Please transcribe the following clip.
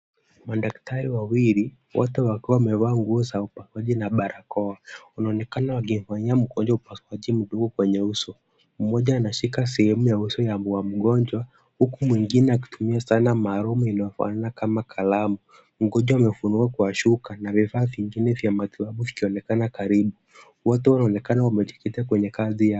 Madaktari wawili wote wakiwa wamevaa nguo za upasuaji na barakoa. Wanaonekana wakifanyia mgonjwa upasuaji mdogo kwenye uso. Mmoja anashika sehemu ya uso ya mgonjwa huku mwingine akitumia sanaa maalum iliyofanana kama kalamu. Mgonjwa amefunikwa kwa shuka na vifaa vingine vya matibabu vikionekana karibu. Wote wanaonekana wamejikita kwenye kazi yao.